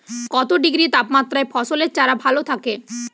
কত ডিগ্রি তাপমাত্রায় ফসলের চারা ভালো থাকে?